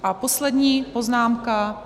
A poslední poznámka.